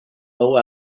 low